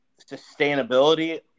sustainability